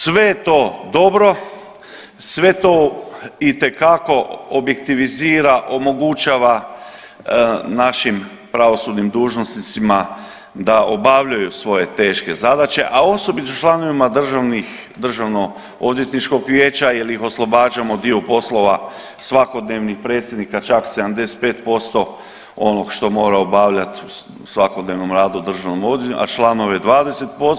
Sve je to dobro, sve to itekako objektivizira, omogućava našim pravosudnim dužnosnicima da obavljaju svoje teške zadaće, a osobito članovima DOV-a jel ih oslobađamo dio poslova svakodnevnih predsjednika čak 75% onog što mora obavljat u svakodnevnom radu u državnom …, a članove 20%